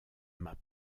mât